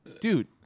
dude